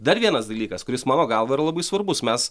dar vienas dalykas kuris mano galva yra labai svarbus mes